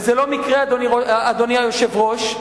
וזה לא מקרה, אדוני היושב-ראש,